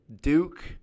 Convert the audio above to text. Duke